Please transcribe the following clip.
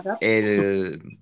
el